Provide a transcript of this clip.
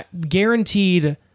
guaranteed